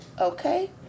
okay